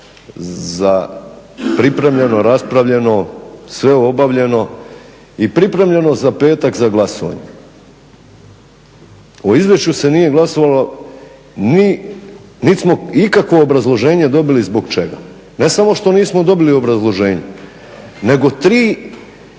pripremljeno, raspravljeno, sve obavljeno i pripremljeno za petak za glasovanje. O izvješću se nije glasovalo niti smo ikakvo obrazloženje dobili zbog čega. Ne samo što nismo dobili obrazloženje, nego tri zastupnika